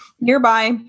nearby